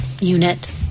unit